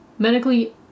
medically